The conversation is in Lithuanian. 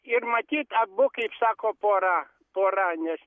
ir matyt abu kaip sako pora pora nes